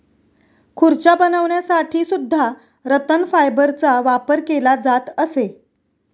खुर्च्या बनवण्यासाठी सुद्धा रतन फायबरचा वापर केला जात असे